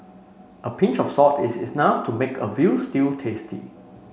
a pinch of salt is enough to make a veal stew tasty